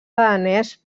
danès